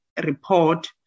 report